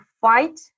fight